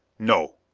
no.